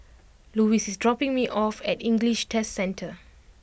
Louis is dropping me off at English Test Centre